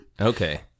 okay